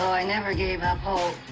i never gave up hope